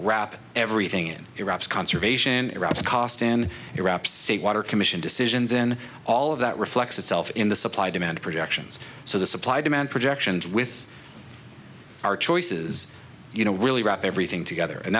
wrap everything in iraq is conservation iraq's cost in europe say water commission decisions in all of that reflects itself in the supply demand projections so the supply demand projections with our choices you know really wrap everything together and